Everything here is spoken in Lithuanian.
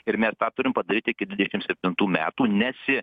ir mes tą turim padaryt iki dvidešimt septintų metų nesi